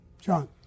John